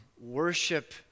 worship